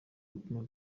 gutuma